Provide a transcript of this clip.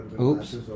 Oops